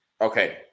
Okay